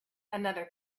another